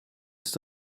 ist